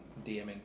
DMing